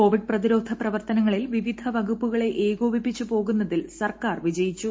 Covid പ്രതിരോധ പ്രവർത്തനങ്ങളിൽ വിവിധ വകുപ്പുകളെ ഏകോപിപ്പിച്ച് പോകുന്നതിൽ സർക്കാർ വിജയിച്ചു